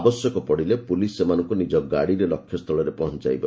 ଆବଶ୍ୟକ ପଡ଼ିଲେ ପୁଲିସ୍ ସେମାନଙ୍କୁ ନିଜ ଗାଡ଼ିରେ ଲକ୍ଷ୍ୟସ୍ଥଳରେ ପହଞ୍ଚାଇବ